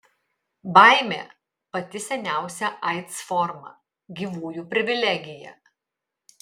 baimė pati seniausia aids forma gyvųjų privilegija